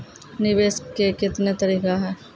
निवेश के कितने तरीका हैं?